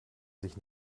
sich